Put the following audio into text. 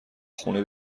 خونه